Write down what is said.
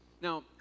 Now